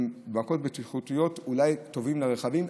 הם מעקות בטיחות שטובים אולי לרכבים,